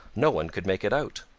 no one could make it out.